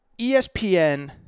ESPN